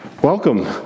Welcome